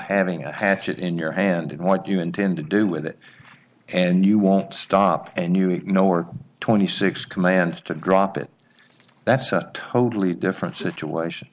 hatchet in your hand and what you intend to do with it and you won't stop and you know work twenty six commands to drop it that's a totally different situation